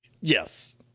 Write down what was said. Yes